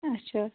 اَچھا